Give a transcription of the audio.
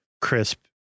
crisp